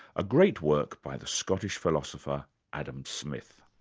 a great work by the scottish philosopher adam smith.